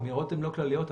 האמירות לא כלליות,